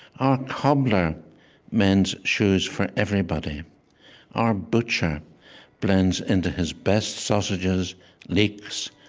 our cobbler mends shoes for everybody our butcher blends into his best sausages leeks,